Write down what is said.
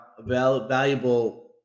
valuable